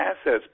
assets